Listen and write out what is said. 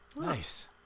Nice